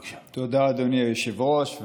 תודה, אדוני היושב-ראש.